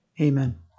Amen